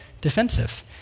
defensive